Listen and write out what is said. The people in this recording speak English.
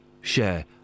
share